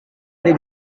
ada